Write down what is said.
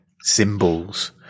symbols